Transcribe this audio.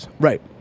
right